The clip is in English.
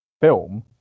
film